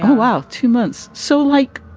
well, two months. so, like,